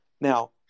Now